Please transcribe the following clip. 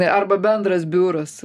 arba bendras biuras